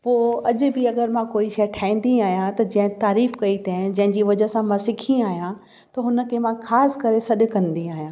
पोइ अॼु बि अगरि मां कोई शइ ठाहींदी आहियां त जंहिं तारीफ़ु कई तंहिं जंहिंजी वजह सां मां सिखी आहियां त हुन खे मां ख़ासि करे सॾु कंदी आहियां